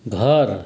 घर